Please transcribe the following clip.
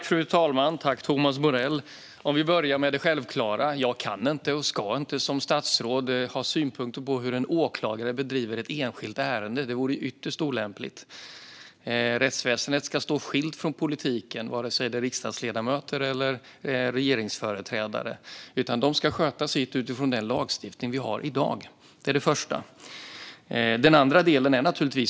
Fru talman! Jag börjar med det självklara. Jag kan inte och ska inte som statsråd ha synpunkter på hur en åklagare bedriver ett enskilt ärende. Det vore ytterst olämpligt. Rättsväsendet ska stå skilt från politiken, vare sig det är fråga om riksdagsledamöter eller regeringsföreträdare, och det ska sköta sitt utifrån den lagstiftning som finns i dag.